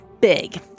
big